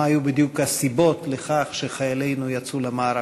היו בדיוק הסיבות לכך שחיילינו יצאו למערכה.